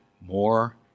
more